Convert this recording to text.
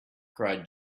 cried